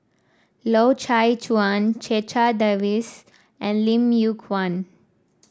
Loy Chye Chuan Checha Davies and Lim Yew Kuan